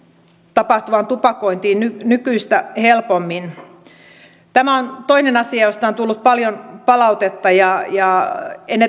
tapahtuvaan tupakointiin nykyistä helpommin tämä on toinen asia josta on tullut paljon palautetta ja ja en